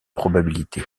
probabilités